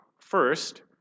first